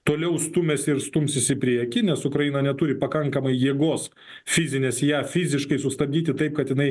toliau stumiasi ir stumsis į priekį nes ukraina neturi pakankamai jėgos fizinės ją fiziškai sustabdyti taip kad jinai